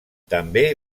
també